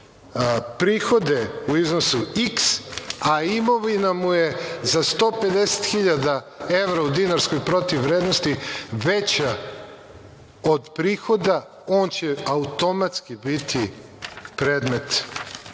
prihode u iznosu iks, a imovina mu je za 150.000 evra, u dinarskoj protivvrednosti, veća od prihoda, on će automatski biti predmet